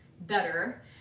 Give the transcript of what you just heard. better